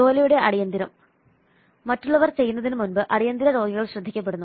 ജോലിയുടെ അടിയന്തിരം മറ്റുള്ളവർ ചെയ്യുന്നതിനു മുമ്പ് അടിയന്തിര രോഗികൾ ശ്രദ്ധിക്കപ്പെടുന്നു